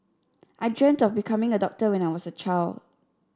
I dreamt of becoming a doctor when I was a child